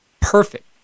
perfect